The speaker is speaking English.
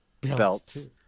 belts